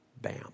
Bam